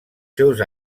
seus